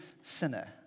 sinner